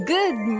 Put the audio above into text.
Good